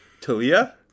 Talia